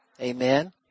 Amen